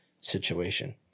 situation